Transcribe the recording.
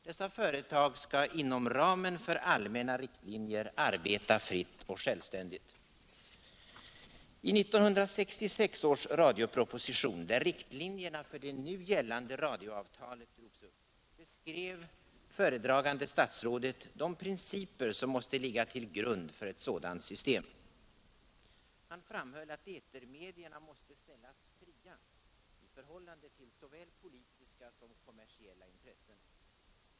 Dessa företag skall inom ramen för allmänna riktlinjer arbeta fritt och självständigt. 11966 års radioproposition, där riktlinjerna för det nu gällande radioavtalet drogs upp, beskrev föredragande statsrådet de principer som måste ligga till grund för ett sådant system. Han framhöll att etermedierna måste ställas fria i förhållande till såväl politiska som kommersiella intressen.